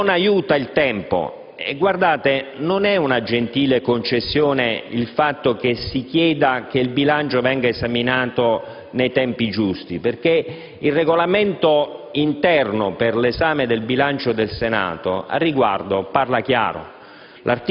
ci stiamo ponendo. Non è una gentile concessione quella che si chiede, cioè che il bilancio venga esaminato nei tempi giusti, perché il regolamento interno per l'esame del bilancio del Senato al riguardo parla chiaro: